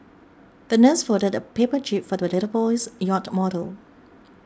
the nurse folded a paper jib for the little boy's yacht model